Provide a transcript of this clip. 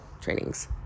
trainings